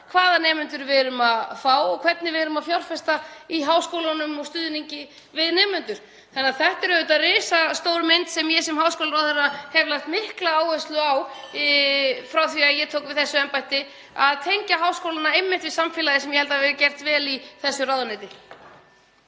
hvaða nemendur við erum að fá og hvernig við erum að fjárfesta í háskólunum og stuðningi við nemendur. Þetta eru auðvitað risastór mynd og ég sem háskólaráðherra hef lagt mikla áherslu á það (Forseti hringir.) frá því að ég tók við þessu embætti að tengja háskólana einmitt við samfélagið, sem ég held að hafi verið gert vel í þessu ráðuneyti.